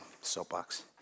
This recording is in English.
soapbox